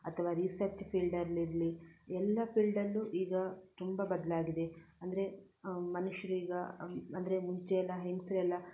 ಅಥವಾ ರಿಸರ್ಚ್ ಫೀಲ್ಡಲ್ಲಿರಲಿ ಎಲ್ಲ ಫೀಲ್ಡಲ್ಲೂ ಈಗ ತುಂಬ ಬದಲಾಗಿದೆ ಅಂದರೆ ಮನುಷ್ಯರೀಗ ಅಂದರೆ ಮುಂಚೆ ಎಲ್ಲ ಹೆಂಗಸರೆಲ್ಲ